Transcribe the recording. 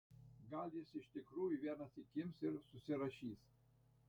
gal jis iš tikrųjų vienąsyk ims ir susirašys